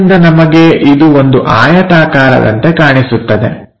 ಆದ್ದರಿಂದ ನಮಗೆ ಇದು ಒಂದು ಆಯತಾಕಾರದಂತೆ ಕಾಣಿಸುತ್ತದೆ